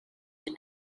and